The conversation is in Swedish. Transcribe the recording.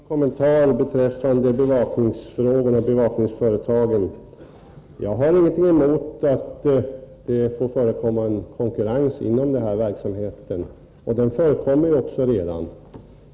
Herr talman! En sista gång en kommentar beträffande bevakningsfrågorna och bevakningsföretagen. Jag har ingenting emot att det får förekomma konkurrens inom denna verksamhet, och den förekommer också redan.